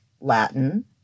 Latin